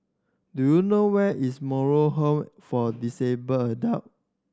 do you know where is Moral Home for Disabled Adult